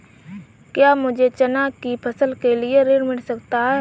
क्या मुझे चना की फसल के लिए ऋण मिल सकता है?